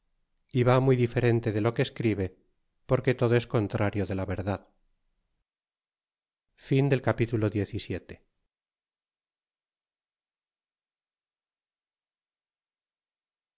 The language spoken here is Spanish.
y va muy diferente de lo que escribe porque todo es contrario de la verdad